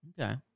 Okay